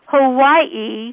Hawaii